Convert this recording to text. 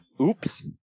oops